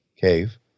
cave